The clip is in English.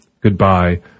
Goodbye